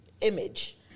image